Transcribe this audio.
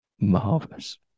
Marvellous